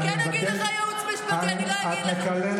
אל תגידי לי "ייעוץ משפטי", אני מבקש.